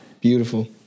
Beautiful